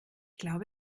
glaube